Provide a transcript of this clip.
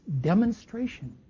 demonstration